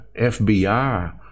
fbi